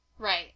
Right